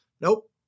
nope